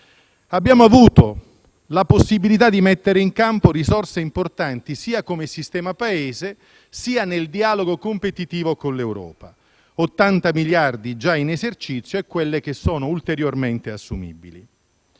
Abbiamo avuto la possibilità di mettere in campo risorse importanti sia come sistema Paese, sia nel dialogo competitivo con l'Europa: 80 miliardi già in esercizio e quelle che sono ulteriormente assumibili.